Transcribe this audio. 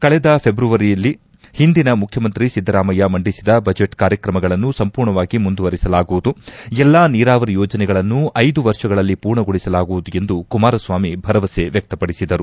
ಕಳೆದ ಫೆಬ್ರವರಿಯಲ್ಲಿ ಹಿಂದಿನ ಮುಖ್ಯಮಂತ್ರಿ ಸಿದ್ದರಾಮಯ್ಲಿ ಮಂಡಿಸಿದ ಬಜೆಟ್ ಕಾರ್ಯಕ್ರಮಗಳನ್ನು ಸಂಪೂರ್ಣವಾಗಿ ಮುಂದುವರೆಸಲಾಗುವುದು ಎಲ್ಲಾ ನೀರಾವರ ಯೋಜನೆಗಳನ್ನು ಐದು ವರ್ಷಗಳಲ್ಲಿ ಪೂರ್ಣಗೊಳಿಸಲಾಗುವುದು ಎಂದು ಕುಮಾರಸ್ವಾಮಿ ಭರವಸೆ ವ್ಲಕ್ತಪಡಿಸಿದರು